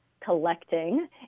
collecting